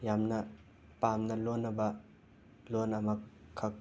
ꯌꯥꯝꯅ ꯄꯥꯝꯅ ꯂꯣꯟꯅꯕ ꯂꯣꯟ ꯑꯃꯈꯛ